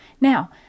Now